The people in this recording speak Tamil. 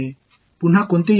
மாணவர் சரியாக